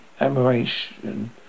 admiration